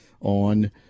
on